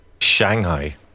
Shanghai